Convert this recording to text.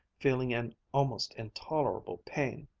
feeling an almost intolerable pain.